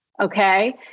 okay